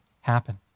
happen